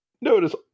notice